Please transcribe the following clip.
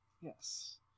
Yes